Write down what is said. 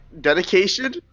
Dedication